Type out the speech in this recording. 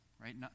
right